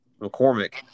McCormick